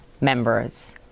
members